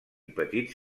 petits